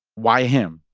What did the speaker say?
why him?